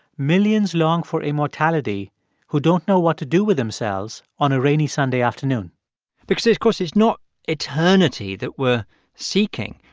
millions long for immortality who don't know what to do with themselves on a rainy sunday afternoon because of course, it's not eternity that we're seeking.